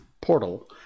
Portal